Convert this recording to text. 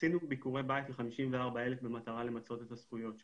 עשינו ביקורי בית ל-54,000 במטרה למצות את הזכויות שלהם.